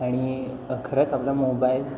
आणि खरंच आपला मोबाईल